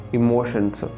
emotions